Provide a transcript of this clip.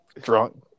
Drunk